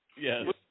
Yes